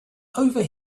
over